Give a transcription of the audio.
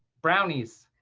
brownies.